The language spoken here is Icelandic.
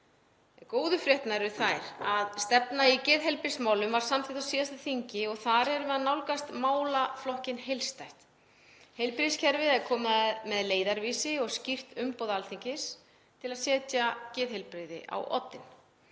Góðu fréttirnar eru þær að stefna í geðheilbrigðismálum var samþykkt á síðasta þingi og þar erum við að nálgast málaflokkinn heildstætt. Heilbrigðiskerfið er komið með leiðarvísi og skýrt umboð Alþingis til að setja geðheilbrigði á oddinn.